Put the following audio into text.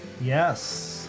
Yes